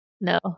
No